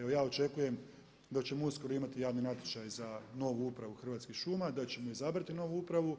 Evo ja očekujem da ćemo uskoro imati javni natječaj za novu upravu Hrvatskih šuma, da ćemo izabrati novu upravu